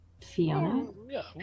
Fiona